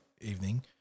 evening